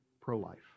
pro-life